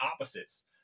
opposites